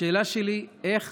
השאלה שלי: איך